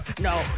no